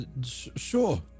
Sure